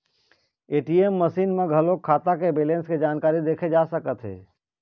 ATM machine म घलोक खाता के बेलेंस के जानकारी देखे जा सकत हे